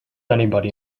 anybody